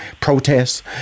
protests